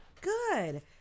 Good